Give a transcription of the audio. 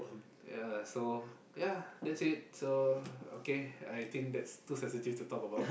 ya so ya that's it so okay I think that's too sensitive to talk about